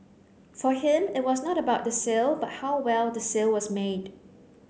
for him it was not about the sale but how well the sale was made